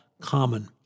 common